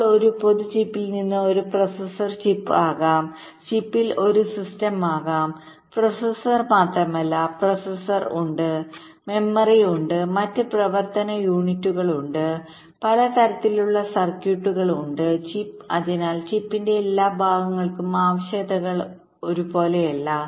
ഇപ്പോൾ ഒരു പൊതു ചിപ്പിൽ ഇത് ഒരു പ്രോസസർ ചിപ്പ് ആകാം ചിപ്പിൽ ഒരു സിസ്റ്റം ആകാം പ്രോസസ്സർ മാത്രമല്ല പ്രോസസർ ഉണ്ട് മെമ്മറി ഉണ്ട് മറ്റ് പ്രവർത്തന യൂണിറ്റുകൾ ഉണ്ട് പല തരത്തിലുള്ള സർക്യൂട്ടുകൾ ഉണ്ട് ചിപ്പ് അതിനാൽ ചിപ്പിന്റെ എല്ലാ ഭാഗങ്ങൾക്കും ആവശ്യകതകൾ ഒരുപോലെയല്ല